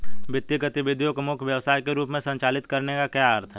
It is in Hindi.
वित्तीय गतिविधि को मुख्य व्यवसाय के रूप में संचालित करने का क्या अर्थ है?